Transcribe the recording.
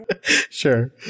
Sure